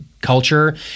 culture